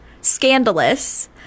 scandalous